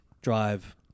drive